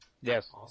Yes